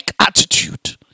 attitude